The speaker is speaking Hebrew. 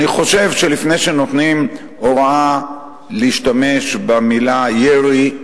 אני חושב שלפני שנותנים הוראה להשתמש במלה "ירי",